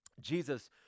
Jesus